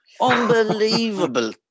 Unbelievable